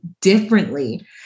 differently